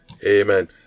Amen